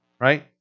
right